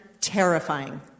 terrifying